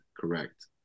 correct